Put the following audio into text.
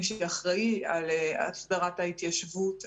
מי שאחראי על הסדרת ההתיישבות,